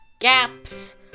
gaps